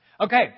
Okay